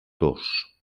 dos